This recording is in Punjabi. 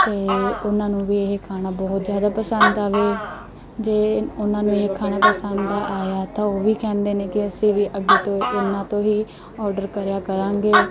ਅਤੇ ਉਹਨਾਂ ਨੂੰ ਵੀ ਇਹ ਖਾਣਾ ਬਹੁਤ ਜ਼ਿਆਦਾ ਪਸੰਦ ਆਵੇ ਜੇ ਉਹਨਾਂ ਨੂੰ ਇਹ ਖਾਣਾ ਪਸੰਦ ਆਇਆ ਤਾਂ ਉਹ ਵੀ ਕਹਿੰਦੇ ਨੇ ਕਿ ਅਸੀਂ ਵੀ ਅੱਗੇ ਤੋਂ ਇਹਨਾਂ ਤੋਂ ਹੀ ਆਡਰ ਕਰਿਆ ਕਰਾਂਗੇ